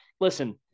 listen